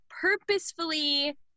purposefully